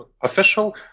official